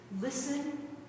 listen